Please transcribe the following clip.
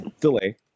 delay